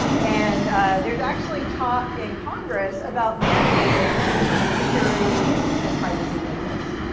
and there's actually talk in congress about mandating security and privacy labels.